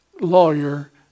lawyer